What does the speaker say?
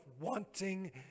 wanting